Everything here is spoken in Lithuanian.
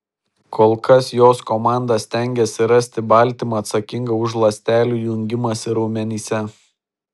kol kas jos komanda stengiasi rasti baltymą atsakingą už ląstelių jungimąsi raumenyse